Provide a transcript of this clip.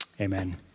Amen